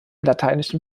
lateinischen